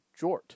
jort